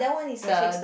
the